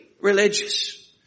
religious